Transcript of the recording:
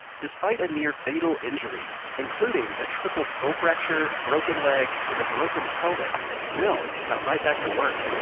despite a near fatal injury, including a triple skull fracture, broken legs, and a broken pelvis, mel got right back to work.